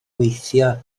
gweithio